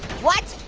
what?